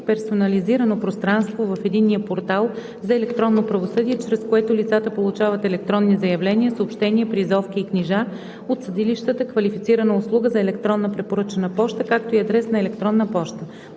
персонализирано пространство в единния портал за електронно правосъдие, чрез което лицата получават електронни заявления, съобщения, призовки и книжа от съдилищата, квалифицирана услуга за електронна препоръчана поща, както и адрес на електронна поща.